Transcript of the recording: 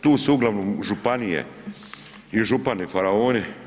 Tu su uglavnom županije i župani faraoni.